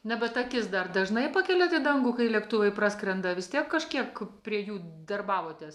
ne bet akis dar dažnai pakeliat į dangų kai lėktuvai praskrenda vis tiek kažkiek prie jų darbavotės